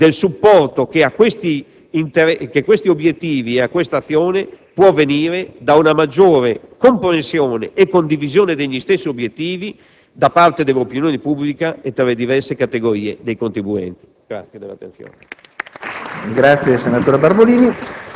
ciò proprio in ragione del supporto che a questi obiettivi e a questa azione può venire da una maggiore comprensione e condivisione degli stessi obiettivi da parte dell'opinione pubblica e delle diverse categorie dei contribuenti. *(Applausi